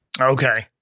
Okay